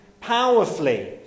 powerfully